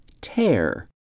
tear